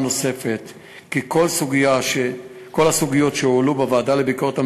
נוספת כי כל הסוגיות שהועלו בוועדה לביקורת המדינה,